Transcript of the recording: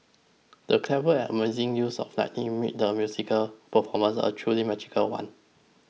the clever and amazing use of lighting made the musical performance a truly magical one